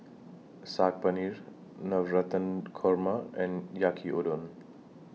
Saag Navratan Korma and Yaki Udon